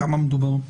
בכמה מדובר.